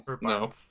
No